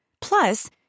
Plus